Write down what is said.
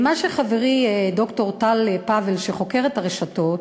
חברי ד"ר טל פבל, שחוקר את הרשתות,